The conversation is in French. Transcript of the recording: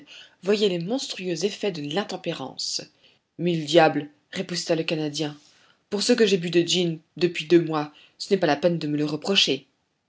voyez les monstrueux effets de l'intempérance mille diables riposta le canadien pour ce que j'ai bu de gin depuis deux mois ce n'est pas la peine de me le reprocher